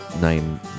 nine